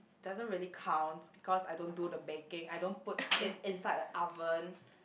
doesn't really counts because I don't do the baking I don't put it inside the oven